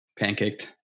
pancaked